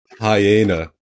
Hyena